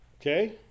okay